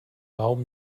baum